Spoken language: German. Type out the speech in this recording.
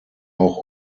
auch